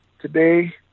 today